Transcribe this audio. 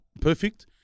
perfect